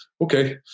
Okay